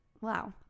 wow